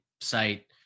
site